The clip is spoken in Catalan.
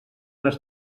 les